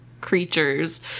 creatures